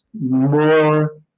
more